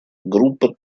группа